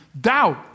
doubt